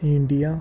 India